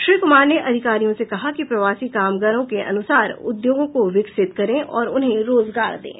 श्री कुमार ने अधिकारियों से कहा कि प्रवासी कामगारों के अनुसार उद्योगों को विकसित करें और उन्हें रोजगार दें